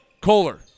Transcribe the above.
Kohler